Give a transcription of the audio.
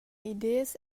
ideas